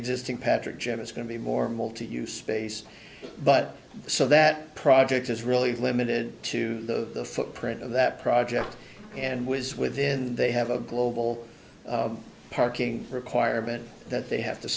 existing patrick gym is going to be more multi use space but so that project is really limited to the footprint of that project and was within they have a global parking requirement that they have to